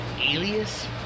Alias